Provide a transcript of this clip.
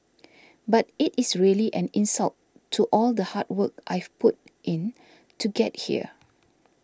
but it is really an insult to all the hard work I've put in to get here